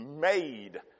made